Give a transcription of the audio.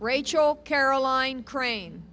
rachel caroline crane